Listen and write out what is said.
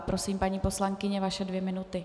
Prosím, paní poslankyně, vaše dvě minuty.